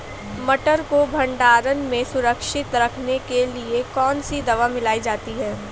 मटर को भंडारण में सुरक्षित रखने के लिए कौन सी दवा मिलाई जाती है?